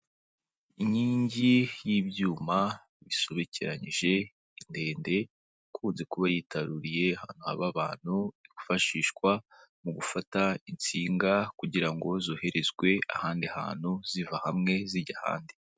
Inkingi y'ibyuma bisobekeranyije ndende ikunze kuba yitaruye abantu, yifashishwa mu gufata insinga kugira ngo zoherezwe ahandi hantu ziva hamwe zijya ahandi.